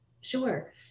Sure